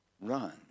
run